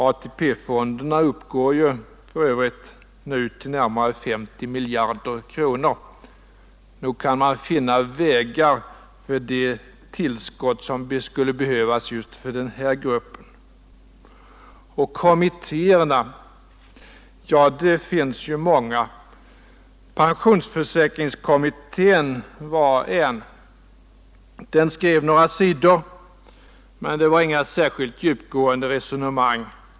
ATP-fonderna uppgår ju för övrigt nu till närmare 50 miljarder kronor. Nog kan man finna vägar för de tillskott som skulle behövas just för den här gruppen. Och kommittéerna — ja, det finns ju många. Pensionsförsäkringskommitteh var en. Den skrev några sidor, men det var inga särskilt djupgående resonemang.